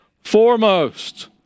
foremost